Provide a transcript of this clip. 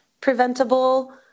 preventable